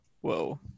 Whoa